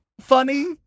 funny